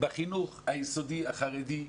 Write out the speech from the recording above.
בחינוך היסודי החרדי,